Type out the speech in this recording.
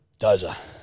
Dozer